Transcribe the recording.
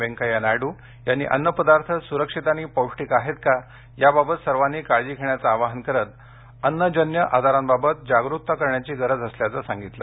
व्यंकय्या नायडू यांनी अन्नपदार्थ सुरक्षित आणि पौष्टिक आहेत का याबाबत सर्वांनी काळजी घेण्याचं आवाहन करत अन्नजन्य आजारांबाबत जागरुकता करण्याची गरज असल्याचं सांगितलं